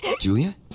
Julia